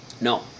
No